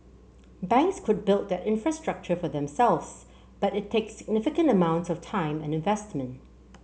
banks could build that infrastructure for themselves but it takes significant amounts of time and investment